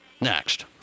next